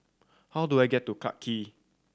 how do I get to Clarke Quay